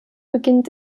beginnt